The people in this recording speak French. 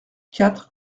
quatre